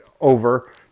over